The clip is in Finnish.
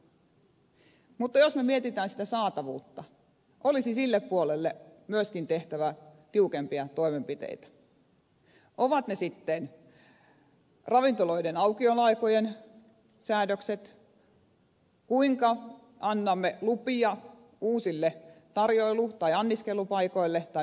mutta jos me mietimme saatavuutta olisi sille puolelle myöskin tehtävä tiukempia toimenpiteitä kuten ravintoloiden aukioloaikojen säädökset ja se kuinka annamme lupia uusille tarjoilu tai anniskelupaikoille tai myyntipaikoille